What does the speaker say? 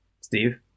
Steve